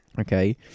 okay